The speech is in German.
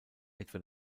etwa